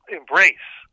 embrace